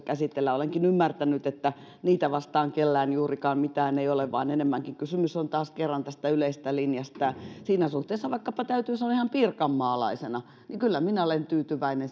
käsitellään olenkin ymmärtänyt että niitä vastaan kellään juurikaan mitään ei ole vaan enemmänkin kysymys on taas kerran tästä yleisestä linjasta ja siinä suhteessa täytyy sanoa vaikkapa ihan pirkanmaalaisena että kun hallitus vaihtui niin kyllä minä olen tyytyväinen